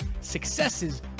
successes